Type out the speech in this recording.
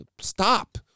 Stop